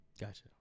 Gotcha